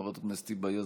חברת הכנסת היבה יזבק,